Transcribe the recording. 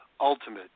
Ultimate